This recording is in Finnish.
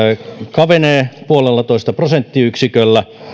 kapenee puolellatoista prosenttiyksiköllä